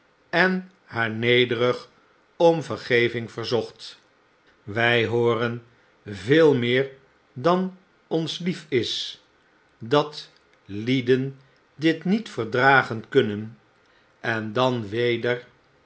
en haar nederig om vergeving verzocht wy hooren veel meer dan ons lief is dat lieden dit niet verdragen kunnen en dan weder